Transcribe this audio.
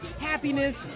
happiness